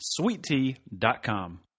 sweettea.com